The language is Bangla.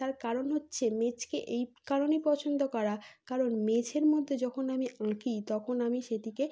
তার কারণ হচ্ছে মেঝেকে এই কারণেই পছন্দ করা কারণ মেঝের মধ্যে যখন আমি আঁকি তখন আমি সেদিকে